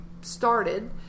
started